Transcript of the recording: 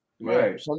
right